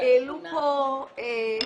העלו פה את